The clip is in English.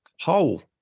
hole